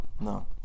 No